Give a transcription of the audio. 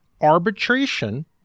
arbitration